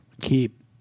keep